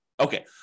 Okay